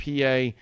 PA